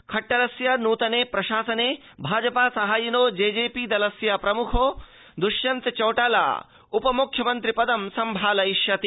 खट्टरस्य नूतने प्रशासने भाजपा सहायिनो जेजेपी दलस्य प्रमुखो द्ष्यन्त चौटाला उप मुख्यमन्त्रि पदं संभालयिष्यति